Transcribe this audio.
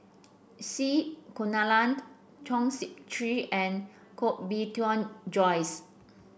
C Kunalan Chong Sip Chee and Koh Bee Tuan Joyce